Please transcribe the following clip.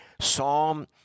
psalm